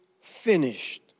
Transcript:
finished